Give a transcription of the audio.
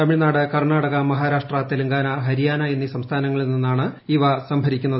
തമിഴ്നാട് കർണാടക മഹാരാഷ്ട്ര തെലങ്കാന ഹരിയാന എന്നീ സംസ്ഥാനങ്ങളിൽ നിന്നാണ് ഇവ സംഭരിക്കുന്നത്